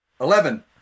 Eleven